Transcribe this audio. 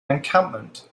encampment